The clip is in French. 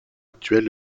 actuel